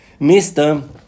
Mr